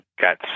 got